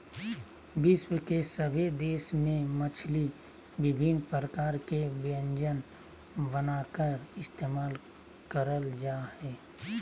विश्व के सभे देश में मछली विभिन्न प्रकार के व्यंजन बनाकर इस्तेमाल करल जा हइ